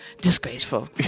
disgraceful